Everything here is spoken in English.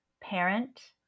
parent